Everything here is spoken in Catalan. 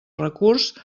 recurs